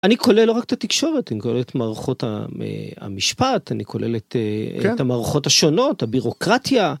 אני כולל לא רק את התקשורת. אני כולל את המערכות ה...אה, המשפט, אני כולל את אה... -כן. המערכות השונות, הבירוקרטיה,